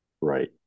Right